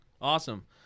Awesome